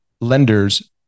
lenders